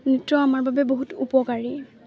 নৃত্য আমাৰ বাবে বহুত উপকাৰী